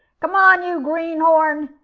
come on, you green-horn,